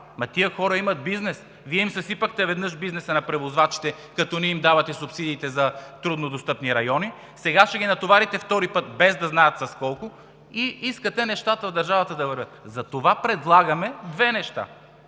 Тези хора имат бизнес. Вие веднъж им съсипахте бизнеса – на превозвачите, като не им давате субсидиите за труднодостъпни райони, сега ще ги натоварите втори път, без да знаят с колко. И искате нещата в държавата да вървят!? Затова предлагаме две неща: